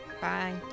Bye